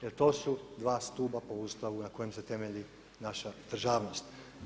Jer to su dva stupa po Ustavu na kojem se temelji naša državnost.